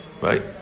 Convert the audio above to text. right